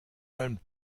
einem